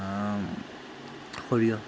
সৰিয়হ